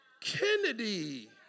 Kennedy